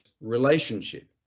relationship